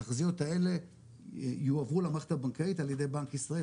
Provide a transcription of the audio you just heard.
התחזיות האלה יועברו למערכת הבנקאית על ידי בנק ישראל,